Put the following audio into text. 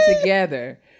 together